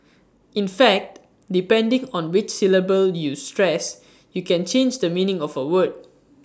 in fact depending on which syllable you stress you can change the meaning of A word